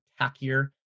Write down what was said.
tackier